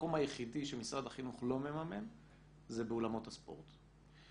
המקום היחידי שמשרד החינוך לא מממן זה באולמות הספורט.